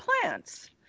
plants